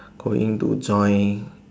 going to join